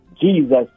Jesus